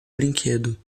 brinquedo